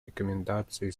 рекомендации